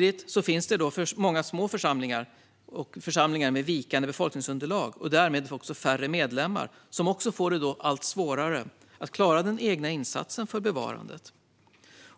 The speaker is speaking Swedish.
Det finns därtill många små församlingar med vikande befolkningsunderlag och därmed färre medlemmar som får det allt svårare att klara den egna insatsen för bevarandet.